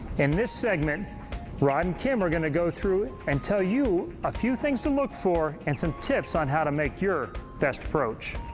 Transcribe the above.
in this segment rod and kim are going to go through and tell you a few things to look for and some tips on how to make your best approach.